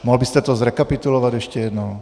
Mohl byste to zrekapitulovat ještě jednou?